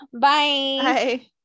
Bye